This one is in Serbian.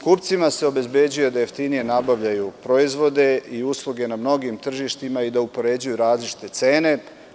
Kupcima se obezbeđuje da jeftinije nabavljaju proizvode i usluge na mnogim tržištima i da upoređuju različite cene.